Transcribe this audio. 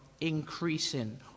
increasing